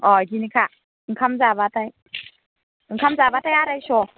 अ' बिदिनोखा ओंखाम जाबाथाय ओंखाम जाबाथाय आराय छ'